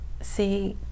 see